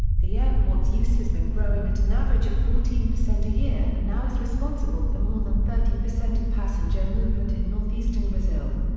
the airport's use has been growing at an average of fourteen percent a year and now is responsible for more than thirty percent of passenger movement in northeastern brazil.